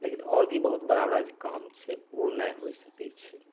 लेकिन आओर भी बहुत बड़ाबड़ा जे काम छै नहि होइ सकै छै